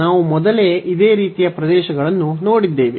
ನಾವು ಮೊದಲೇ ಇದೇ ರೀತಿಯ ಪ್ರದೇಶಗಳನ್ನು ನೋಡಿದ್ದೇವೆ